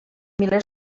milers